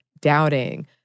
doubting